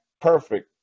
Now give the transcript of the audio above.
perfect